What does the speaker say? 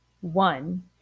One